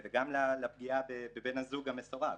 וגם בפגיעה בבן הזוג המסורב.